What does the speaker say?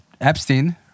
Epstein